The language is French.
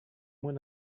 moins